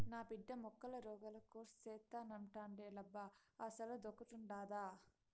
నా బిడ్డ మొక్కల రోగాల కోర్సు సేత్తానంటాండేలబ్బా అసలదొకటుండాదా